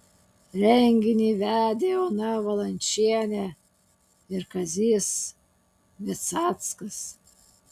renginį vedė ona valančienė ir kazys visackas